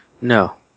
No